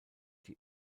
die